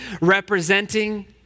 representing